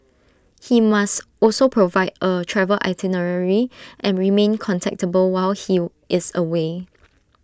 he must also provide A travel itinerary and remain contactable while he is away